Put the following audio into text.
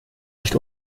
nicht